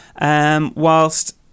Whilst